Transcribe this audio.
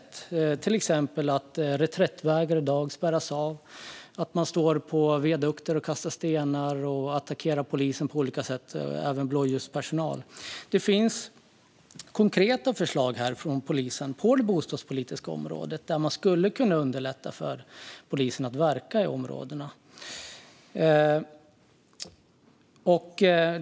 Det handlar till exempel om att reträttvägar i dag spärras av och att man står på viadukter och kastar sten och på andra sätt attackerar polisen och blåljuspersonal. Det finns konkreta förslag från polisen på det bostadspolitiska området som skulle kunna underlätta för polisen att verka i områdena.